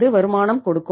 அது வருமானம் கொடுக்கும்